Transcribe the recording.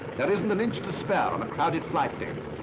there isn't an inch to spare on the crowded flight deck.